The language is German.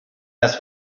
das